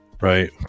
Right